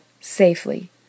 safely